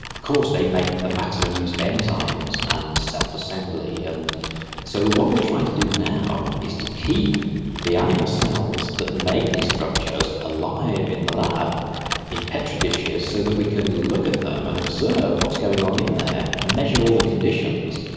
of course they make the maximum use of enzymes and self-assembly. and so what we're trying to do now is to keep the animal cells that make these structures alive in the lab in petri dishes so that we can look at them and observe what's going on in there and measure all the conditions,